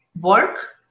work